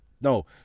No